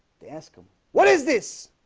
they ask him. what is this?